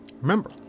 Remember